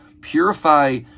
Purify